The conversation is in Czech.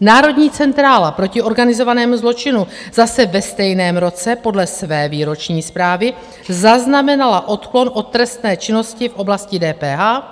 Národní centrála proti organizovanému zločinu zase ve stejném roce podle své výroční zprávy zaznamenala odklon od trestné činnosti v oblasti DPH,